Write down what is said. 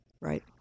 Right